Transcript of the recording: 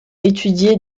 étudiée